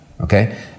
Okay